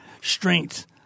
strength